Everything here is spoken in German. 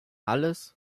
alles